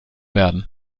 werden